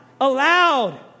allowed